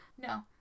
No